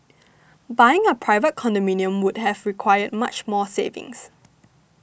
buying a private condominium would have required much more savings